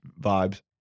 Vibes